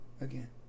again